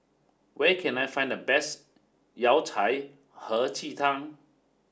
where can I find the best Yao Cai Hei Ji Tang